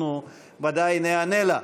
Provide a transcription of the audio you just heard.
אנחנו ודאי ניענה לה.